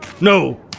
No